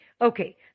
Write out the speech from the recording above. Okay